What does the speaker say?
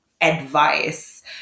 advice